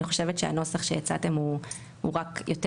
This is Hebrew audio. אני חושבת שהנוסח שהצעתם הוא רק יותר